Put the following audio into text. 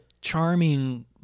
charming